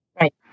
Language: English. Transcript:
Right